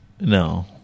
No